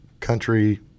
Country